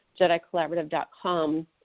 jedicollaborative.com